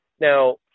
Now